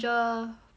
八个